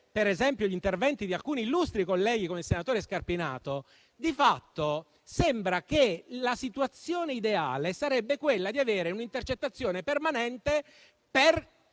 infatti gli interventi di alcuni illustri colleghi, come il senatore Scarpinato, di fatto, sembra che la situazione ideale sarebbe quella di avere l'intercettazione permanente di